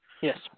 Yes